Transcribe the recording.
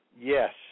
Yes